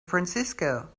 francisco